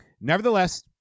Nevertheless